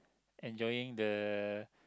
enjoying the